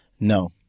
No